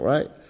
Right